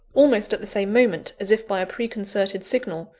almost at the same moment, as if by a preconcerted signal,